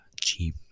cheap